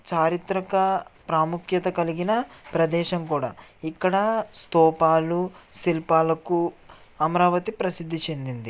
చారిత్రక ప్రాముఖ్యత కలిగిన ప్రదేశం కూడా ఇక్కడ స్థూపాలు శిల్పాలకు అమరావతి ప్రసిద్ధి చెందింది